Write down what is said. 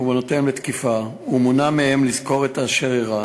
לתקיפה ומונע מהם לזכור את אשר אירע.